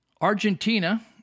Argentina